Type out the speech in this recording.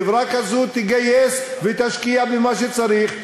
חברה כזאת תגייס ותשקיע במה שצריך,